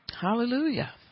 Hallelujah